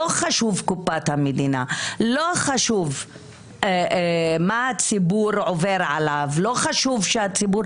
לא חשובה קופת המדינה, לא חשוב מה עובר על הציבור.